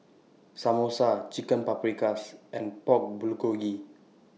Samosa Chicken Paprikas and Pork Bulgogi